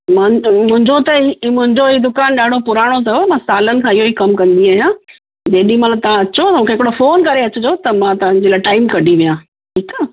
मन मुंहिंजो त हीअ मुंहिंजो हीअ दुकान ॾाढो पुराणो अथव मां सालनि खां इहेई कमु कंदी आहियां जेॾीमहिल तव्हां अचो मूंखे हिकिड़ो फ़ोन करे अचिजो त मां तव्हांजे लाइ टाईम कढी वियां ठीकु आहे